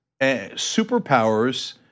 Superpowers